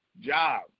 job